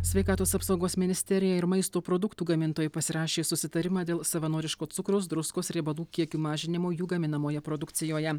sveikatos apsaugos ministerija ir maisto produktų gamintojai pasirašė susitarimą dėl savanoriško cukraus druskos riebalų kiekių mažinimo jų gaminamoje produkcijoje